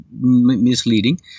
misleading